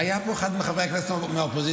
היה פה אחד מחברי הכנסת מהאופוזיציה,